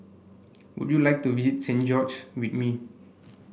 would you like to visit Saint George with me